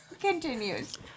Continues